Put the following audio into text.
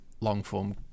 long-form